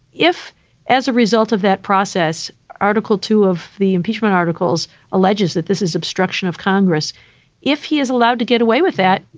if as a result of that process, article two of the impeachment articles alleges that this is obstruction of congress if he is allowed to get away with that.